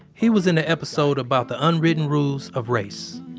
he was in the episode about the unwritten rules of race